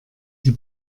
die